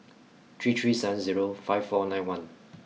three three seven zero five four nine one